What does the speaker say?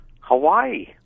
Hawaii